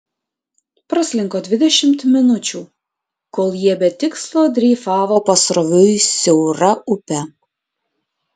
praslinko dvidešimt minučių kol jie be tikslo dreifavo pasroviui siaura upe